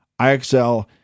IXL